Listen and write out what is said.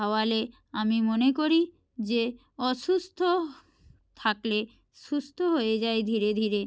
খাওয়ালে আমি মনে করি যে অসুস্থ থাকলে সুস্থ হয়ে যায় ধীরে ধীরে